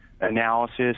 analysis